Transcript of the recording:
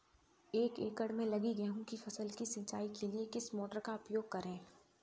एक एकड़ में लगी गेहूँ की फसल की सिंचाई के लिए किस मोटर का उपयोग करें?